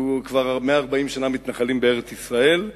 אנחנו כבר 140 שנה מתנחלים בארץ-ישראל,